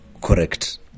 Correct